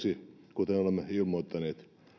kuten olemme ilmoittaneet